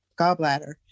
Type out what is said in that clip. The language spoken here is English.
gallbladder